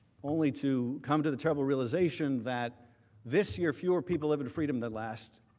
only to come to the teller realization that this year fewer people live in freedom than last